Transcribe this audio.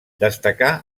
destacà